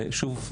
ושוב,